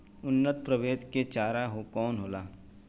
उन्नत प्रभेद के चारा कौन होला?